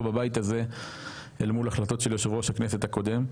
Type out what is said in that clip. בבית הזה אל מול החלטות של יושב ראש הכנסת הקודם.